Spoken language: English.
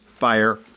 fire